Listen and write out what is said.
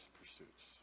pursuits